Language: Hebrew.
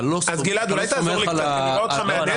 אתה לא סומך על -- אז גלעד אולי תעזור לי קצת אני רואה אותך מהנהן.